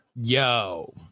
yo